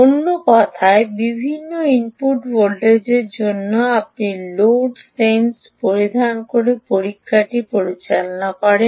অন্য কথায় বিভিন্ন ইনপুট ভোল্টেজের জন্য আপনি লোড কারেন্টস পরিধান করে পরীক্ষাটি পরিচালনা করেন